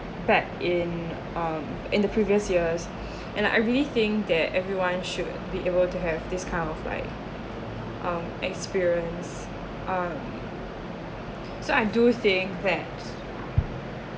back in um in the previous years and I really think that everyone should be able to have this kind of of like um experience um so I do thing that